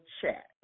chat